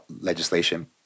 legislation